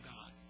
God